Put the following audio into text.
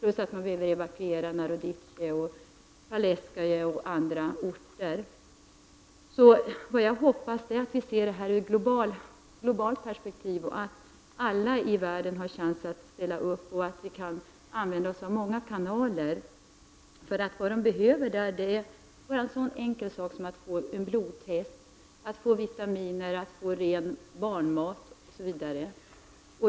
Därutöver vill man evakuera Narodiche och Polesskoje och andra orter. Vad jag hoppas är att vi ser detta i globalt perspektiv och att alla i världen får en chans att ställa upp, så att vi kan använda oss av många kanaler. Vad dessa människor behöver är så enkla saker som blodtester, vitaminer och ren barnmat.